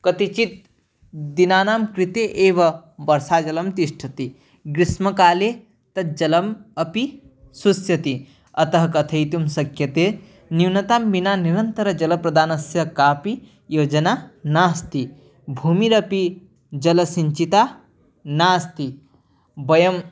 कतिचित् दिनानां कृते एव वर्षाजलं तिष्ठति ग्रीष्मकाले तज्जलम् अपि शुष्यति अतः कथयितुं शक्यते न्यूनतां विना निरन्तरजलप्रदानस्य कापि योजना नास्ति भूमिरपि जलसिञ्चिता नास्ति वयम्